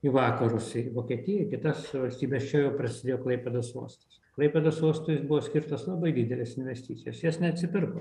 į vakarus į vokietiją į kitas valstybes čia jau prasidėjo klaipėdos uostas klaipėdos uostui buvo skirtos labai didelės investicijos jos neatsipirko